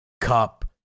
Cup